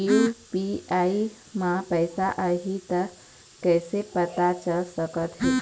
UPI म पैसा आही त कइसे पता चल सकत हे?